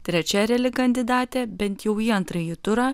trečia reali kandidatė bent jau į antrąjį turą